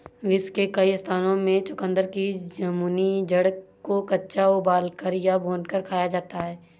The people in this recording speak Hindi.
विश्व के कई स्थानों में चुकंदर की जामुनी जड़ को कच्चा उबालकर या भूनकर खाया जाता है